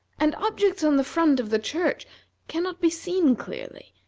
and objects on the front of the church can not be seen clearly.